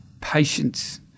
Patience